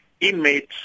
inmates